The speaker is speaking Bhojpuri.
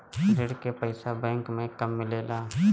ऋण के पइसा बैंक मे कब मिले ला?